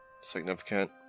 significant